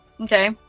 Okay